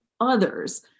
others